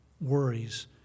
worries